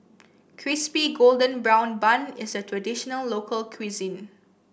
Crispy Golden Brown Bun is a traditional local cuisine